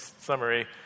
summary